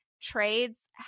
Trades